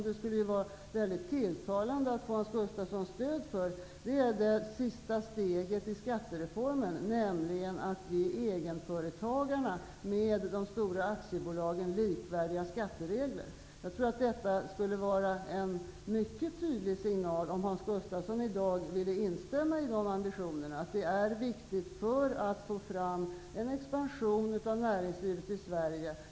Det skulle vara väldigt tilltalande att få Hans Gustafssons stöd för det sista steget i skattereformen, nämligen att ge egenföretagarna med de stora aktiebolagen likvärdiga skatteregler. Jag tror att det skulle vara en mycket tydlig signal om Hans Gustafsson i dag ville instämma i att den flexibilitet som finns hos småföretagen är en viktig förutsättning för att vi skall få fram en expansion av näringslivet i Sverige.